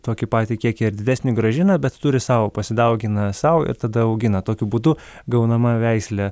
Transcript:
tokį patį kiek erdvesnį grąžina bet turi sau pasidaugina sau ir tada augina tokiu būdu gaunama veislė